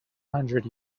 hundred